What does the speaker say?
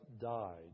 died